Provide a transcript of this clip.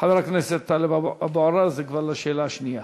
חבר הכנסת טלב אבו עראר לשאלה השנייה.